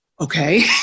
okay